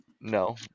No